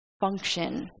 function